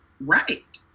right